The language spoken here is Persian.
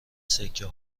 سکه